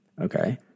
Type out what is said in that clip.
Okay